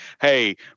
hey